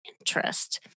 interest